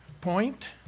point